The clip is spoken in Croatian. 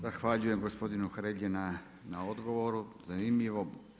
Zahvaljujem gospodinu Hrelji na odgovoru, zanimljivo.